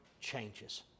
changes